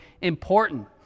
important